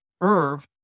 Irv